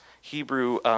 Hebrew